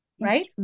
Right